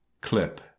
CLIP